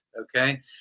Okay